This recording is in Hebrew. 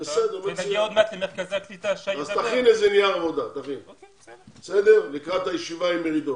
אז תכין נייר עבודה לקראת הישיבה עם מרידור.